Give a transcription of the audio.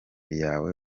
yawe